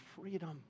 freedom